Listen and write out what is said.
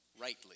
rightly